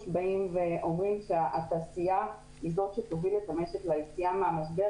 באים ואומרים שהתעשייה היא זו שתוביל את המשק ליציאה מהמשבר,